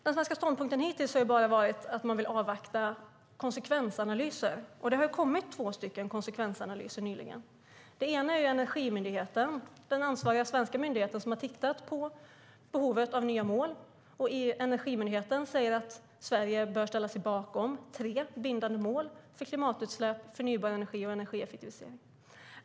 Den svenska ståndpunkten hittills har ju bara varit att man vill avvakta konsekvensanalyser. Det har kommit två stycken konsekvensanalyser nyligen. Den ena är från Energimyndigheten, den ansvariga svenska myndigheten, som har tittat på behovet av nya mål. Energimyndigheten säger att Sverige bör ställa sig bakom tre bindande mål för klimatutsläpp, förnybar energi och energieffektivisering.